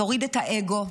תוריד את האגו,